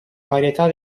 varietà